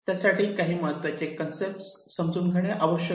त्यासाठी काही महत्त्वाचे कन्सेप्ट समजून घेणे आवश्यक आहे